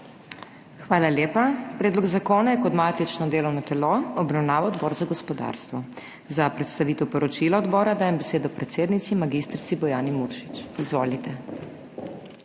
Hvala lepa. Predlog zakona je kot matično delovno telo obravnaval Odbor za gospodarstvo. Za predstavitev poročila odbora dajem besedo predsednici mag. Bojani Muršič. Izvolite.